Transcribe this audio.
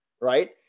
right